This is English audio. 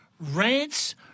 rants